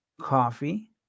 coffee